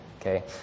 Okay